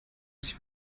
sich